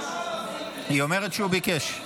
היא אומרת שהוא ביקש.